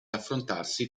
affrontarsi